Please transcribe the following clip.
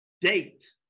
date